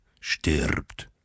stirbt